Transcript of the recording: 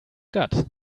got